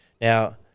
Now